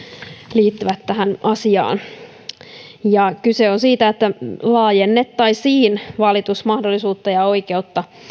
liittyvät tähän asiaan kyse on siitä että laajennettaisiin valitusmahdollisuutta ja oikeutta